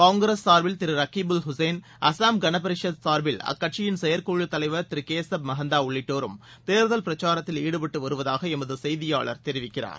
காங்கிரஸ் சார்பில் திரு ரகிபுல் ஹுசைன் அசாம் கனபரிஷத் சார்பில் அக்கட்சியின் செயற்குழு தலைவர் திரு கேஷப் மஹந்தா உள்ளிட்டோரும் தேர்தல் பிரச்சாரத்தில் ஈடுபட்டு வருவதாக எமது செய்தியாளர் தெரிவிக்கிறார்